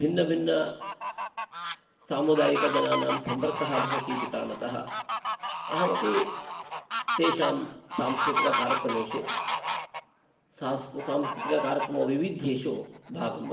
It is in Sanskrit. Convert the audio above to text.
भिन्नभिन्नसामुदायिकजनानां सम्पर्कः भवति इति कारणतः अहमपि तेषां सांस्कृतिककार्यक्रमेषु सांस्कृतिककार्यक्रमविविद्धेषु भागं वहामि